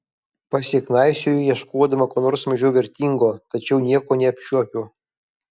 pasiknaisioju ieškodama ko nors mažiau vertingo tačiau nieko neapčiuopiu